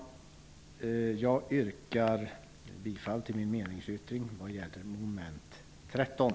Jag yrkar bifall till min meningsyttring i mom. 13.